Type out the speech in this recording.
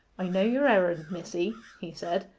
i know your errand, missie he said,